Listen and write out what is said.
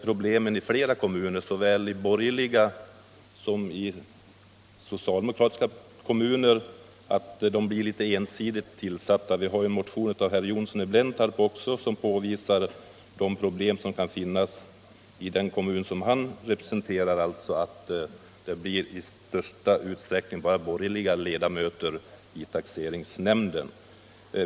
I flera kommuner, såväl borgerliga som socialdemokratiska, finns problemet att taxeringsnämnderna blir litet ensidigt tillsatta. En motion av herr Johnsson i Blentarp påvisar att det i den kommun som han representerar i stor utsträckning bara blir borgerliga ledamöter i taxeringsnämnden.